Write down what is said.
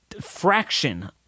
fraction